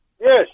Yes